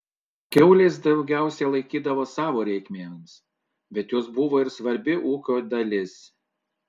kiaules daugiausiai laikydavome savo reikmėms bet jos buvo svarbi ūkio dalis